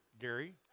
Gary